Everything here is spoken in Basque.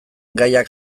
gaiak